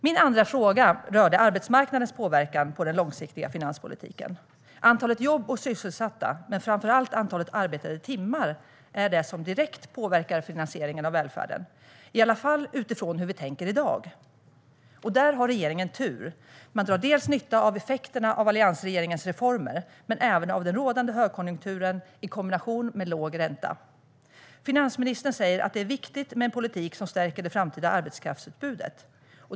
Min andra fråga rörde arbetsmarknadens påverkan på den långsiktiga finanspolitiken. Antalet jobb och sysselsatta, men framför allt antalet arbetade timmar, är det som direkt påverkar finansieringen av välfärden, i alla fall utifrån hur vi tänker i dag. Och där har regeringen tur. Man drar nytta av effekterna av alliansregeringens reformer men även av den rådande högkonjunkturen i kombination med låg ränta. Finansministern säger att det är viktigt med en politik som stärker det framtida arbetskraftsutbudet.